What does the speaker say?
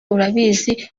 urabizi